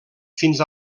fins